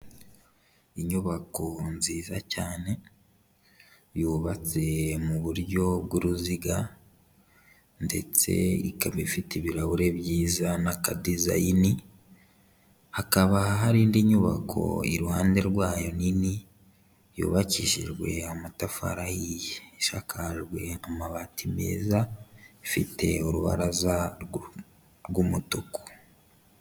Inyubako nziza cyane yubatse mu buryo bw'uruziga ndetse ikaba ifite ibirahure byiza n'akadizayini, hakaba hari indi nyubako iruhande rwayo nini yubakishijwe amatafari ahiye, ishakajwe amabati meza, ifite urubaraza rw'umutuku.